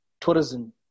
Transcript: tourism